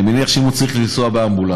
אני מניח שאם הוא צריך לנסוע באמבולנס,